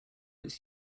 its